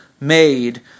made